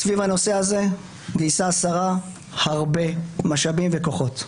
סביב הנושא הזה גייסה השרה הרבה משאבים וכוחות: